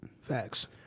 Facts